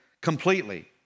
completely